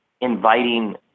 inviting